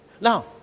Now